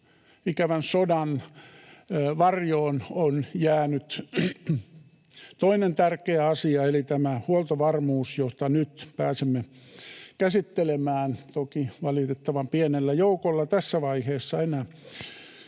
ikävän sodan varjoon on jäänyt toinen tärkeä asia eli tämä huoltovarmuus, jota nyt pääsemme käsittelemään, toki valitettavan pienellä joukolla tässä vaiheessa enää.